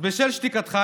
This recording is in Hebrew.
אז בשל שתיקתך,